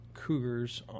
cougars